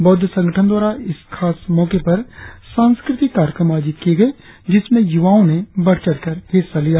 बौद्ध संगथन द्वारा इस खास मौके पर सास्कृतिक कार्यक्रम आयोजित किया गया जिसमें युवाओ ने बढ़चढ़ कर हिस्सा लिया